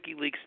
WikiLeaks